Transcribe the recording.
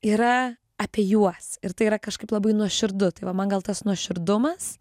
yra apie juos ir tai yra kažkaip labai nuoširdu tai va man gal tas nuoširdumas